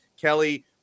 Kelly